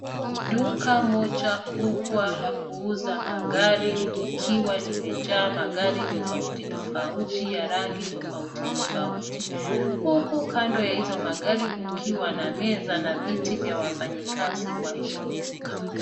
Duka moja kubwa la kuuza magari likiwa limejaa magari tofauti ya rangi tofautitofauti huku kando ya hizo magari kukiwa na meza na viti vya wafanyakazi wa hilo duka.